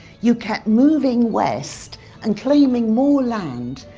you kept moving west and claiming more land,